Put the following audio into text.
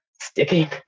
sticking